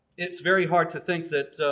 it's very hard to think that